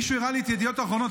מישהו הראה לי את ידיעות אחרונות,